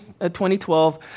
2012